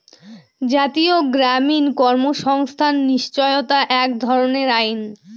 জাতীয় গ্রামীণ কর্মসংস্থান নিশ্চয়তা এক ধরনের আইন